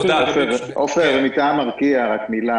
רק מילה מטעם ארקיע.